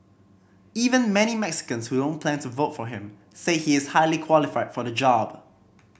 even many Mexicans who don't plan to vote for him say he is highly qualified for the job